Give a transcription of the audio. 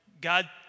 God